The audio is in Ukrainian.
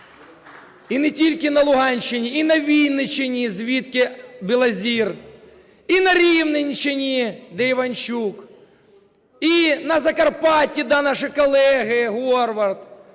І не тільки на Луганщині, і на Вінниччині звідки Білозір, і на Рівненщині, де Іванчук, і на Закарпатті, де наші колеги, Горват,